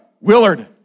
Willard